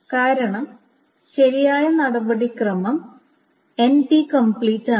കാരണം ശരിയായ നടപടിക്രമം N P കംപ്ലീറ്റ് ആണ്